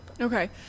Okay